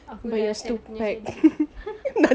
aku we're still young